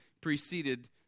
preceded